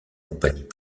compagnies